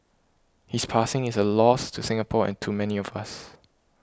his passing is a loss to Singapore and to many of us